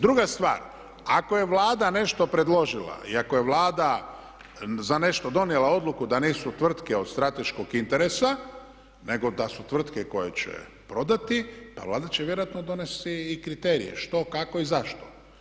Druga stvar, ako je Vlada nešto predložila i ako je Vlada za nešto donijela odluku da nisu tvrtke od strateškog interesa nego da su tvrtke koje će prodati pa Vlada će vjerojatno donesti i kriterije što, kako i zašto.